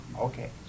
Okay